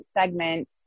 segment